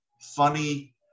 funny